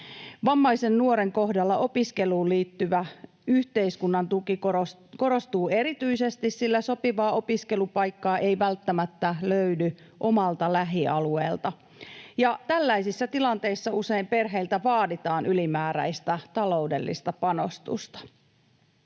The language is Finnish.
Vammaisen nuoren kohdalla opiskeluun liittyvä yhteiskunnan tuki korostuu erityisesti, sillä sopivaa opiskelupaikkaa ei välttämättä löydy omalta lähialueelta, ja tällaisissa tilanteissa usein perheiltä vaaditaan ylimääräistä taloudellista panostusta.